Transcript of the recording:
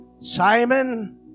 Simon